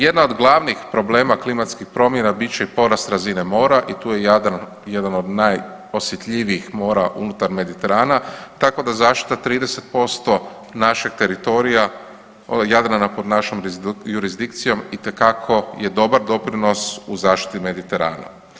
Jedna od glavnih problema klimatskih promjena bit će porast razine mora i tu je Jadran jedan od najosjetljivijih mora unutar Mediterana tako da zaštita 30% našeg teritorija Jadrana pod našom jurisdikcijom itekako je dobar doprinos u zaštiti Mediterana.